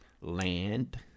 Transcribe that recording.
Land